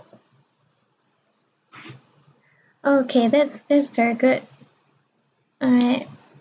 okay that's that's very good alright